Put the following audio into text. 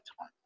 time